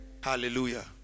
Hallelujah